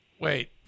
Wait